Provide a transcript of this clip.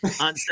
on